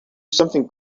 something